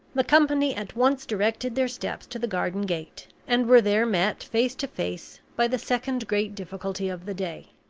the company at once directed their steps to the garden gate, and were there met face to face by the second great difficulty of the day.